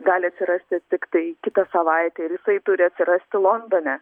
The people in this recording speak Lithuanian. gali atsirasti tiktai kitą savaitę ir jisai turi atsirasti londone